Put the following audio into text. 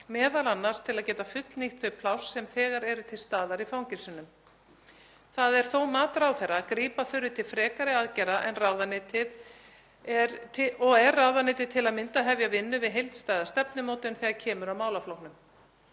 m.a. til að geta fullnýtt þau pláss sem þegar eru til staðar í fangelsunum. Það er þó mat ráðherra að grípa þurfi til frekari aðgerða og er ráðuneytið til að mynda að hefja vinnu við heildstæða stefnumótun þegar kemur að málaflokknum.